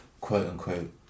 quote-unquote